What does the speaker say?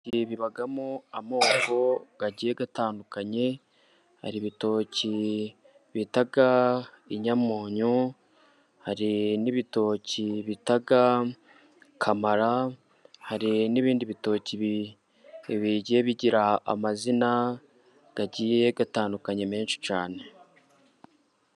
Ibitoki bibamo amoko agiye atandukanye, hari ibitoki bita inyamunyu, hari n'ibitoki bita kamara, hari n'ibindi bitoki bigiye bigira amazina agiye atandukanye menshi cyane.